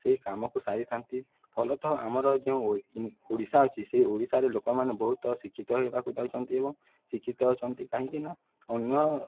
ସେହି କାମକୁ ସାରିଥାନ୍ତି ଫଲତଃ ଆମର ଯେଉଁ ଓଡ଼ିଶା ଅଛି ସେଇ ଓଡ଼ିଶାରେ ଲୋକମାନେ ବହୁତ ଶିକ୍ଷିତ ହେବାକୁ ଯାଉଛନ୍ତି ଏବଂ ଶିକ୍ଷିତ ଅଛନ୍ତି କାହିଁକି ନା ଅନ୍ୟ